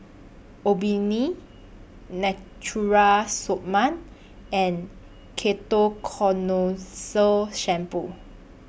Obimin Natura Stoma and Ketoconazole Shampoo